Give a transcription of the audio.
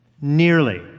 Nearly